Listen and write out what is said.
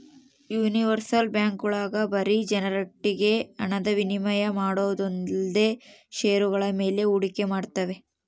universal ಬ್ಯಾಂಕ್ಗಳು ಬರೀ ಜನರೊಟ್ಟಿಗೆ ಹಣ ವಿನಿಮಯ ಮಾಡೋದೊಂದೇಲ್ದೆ ಷೇರುಗಳ ಮೇಲೆ ಹೂಡಿಕೆ ಮಾಡ್ತಾವೆ